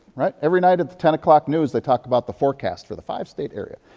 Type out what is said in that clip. right? every night at the ten oiclock news they talk about the forecast for the five-state area.